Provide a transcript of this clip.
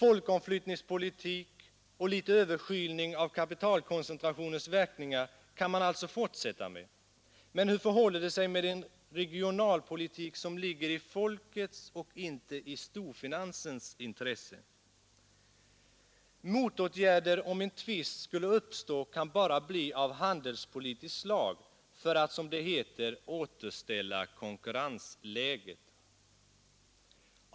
Folkomflyttningspolitik och litet överskylning av kapitalkoncentrationens verkningar kan man alltså fortsätta med. Men hur förhåller det sig med en regionalpolitik som ligger i folkets och inte i storfinansens intresse? Motåtgärder om en tvist skulle uppstå kan bara bli av handelspolitiskt slag, för att, som det heter, ”återställa konkurrensläget”. Dock blir detta en press mot en bättre regionpolitik.